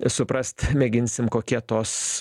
suprast mėginsim kokie tos